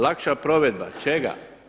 Lakša provedba čega?